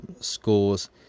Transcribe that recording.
scores